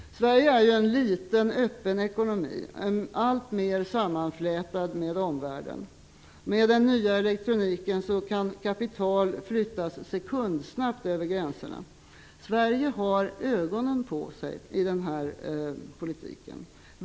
Sverige är ju en liten öppen ekonomi som sammanflätas alltmer med omvärlden. Med den nya elektroniken kan kapital flyttas sekundsnabbt över gränserna. Sverige har ögonen på sig.